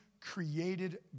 created